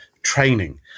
training